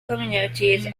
communities